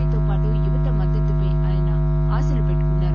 పితో పాటు యువత మద్దతుపై ఆయన ఆశలు పెట్టుకున్నారు